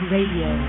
Radio